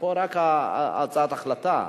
פה רק הצעת החלטה.